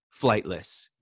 flightless